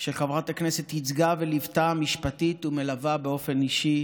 שחברת הכנסת ייצגה וליוותה משפטית ומלווה באופן אישי.